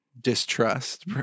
Distrust